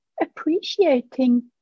Appreciating